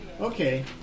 Okay